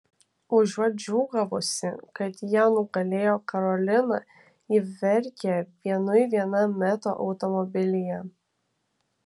užuot džiūgavusi kad jie nugalėjo karoliną ji verkia vienui viena meto automobilyje